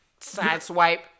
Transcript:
sideswipe